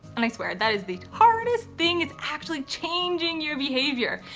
and i swear that is the hardest thing it's actually changing your behavior.